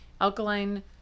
Alkaline